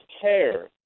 care